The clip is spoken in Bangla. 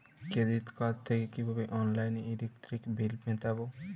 ক্রেডিট কার্ড থেকে কিভাবে অনলাইনে ইলেকট্রিক বিল মেটাবো?